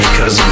Cause